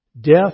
Death